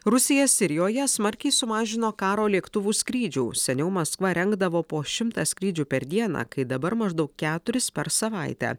rusija sirijoje smarkiai sumažino karo lėktuvų skrydžių seniau maskva rengdavo po šimtą skrydžių per dieną kai dabar maždaug keturis per savaitę